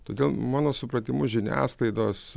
todėl mano supratimu žiniasklaidos